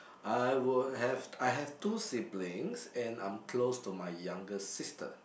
I will have I have two siblings and I am close to my younger sister